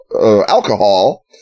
alcohol